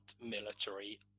military